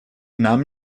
нам